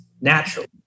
naturally